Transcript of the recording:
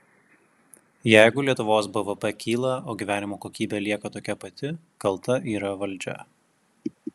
jeigu lietuvos bvp kyla o gyvenimo kokybė lieka tokia pati kalta yra valdžia